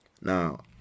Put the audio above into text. now